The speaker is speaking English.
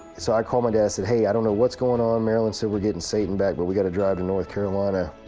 so i called my dad said hey, i don't know what's going on, marilyn said we're getting satan back. but we've got to drive to north carolina